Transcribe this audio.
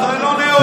זה לא נאום.